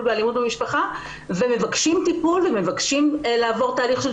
באלימות במשפחה ומבקשים טיפול ומבקשים לעבור תהליך של